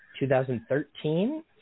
2013